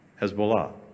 Hezbollah